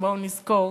בואו נזכור,